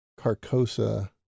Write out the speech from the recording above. Carcosa